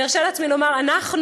ואני ארשה לעצמי לומר "אנחנו",